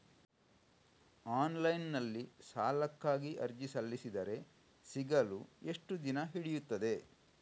Online ನಲ್ಲಿ ಸಾಲಕ್ಕಾಗಿ ಅರ್ಜಿ ಸಲ್ಲಿಸಿದರೆ ಸಿಗಲು ಎಷ್ಟು ದಿನ ಹಿಡಿಯುತ್ತದೆ?